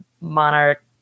monarch